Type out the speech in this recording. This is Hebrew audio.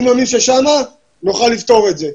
אני מאמין ששם נוכל לפתור את זה.